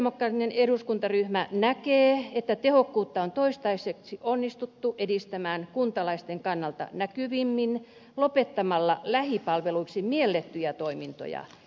kristillisdemokraattinen eduskuntaryhmä näkee että tehokkuutta on toistaiseksi onnistuttu edistämään kuntalaisten kannalta näkyvimmin lopettamalla lähipalveluiksi miellettyjä toimintoja